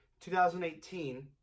2018